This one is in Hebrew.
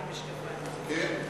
כן.